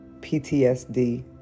ptsd